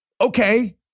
okay